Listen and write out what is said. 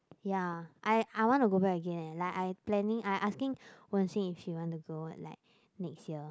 ya I I want to go back again leh like I planning I asking Wen-xin if he want to go like next year